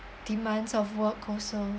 demands of work also